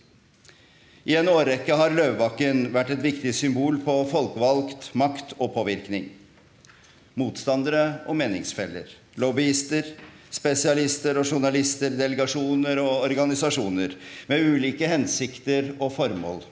I en årrekke har Løvebakken vært et viktig symbol på folkevalgt makt og påvirkning, motstandere og meningsfeller, lobbyister, spesialister og journalister, delegasjoner og organisasjoner, med ulike hensikter og formål.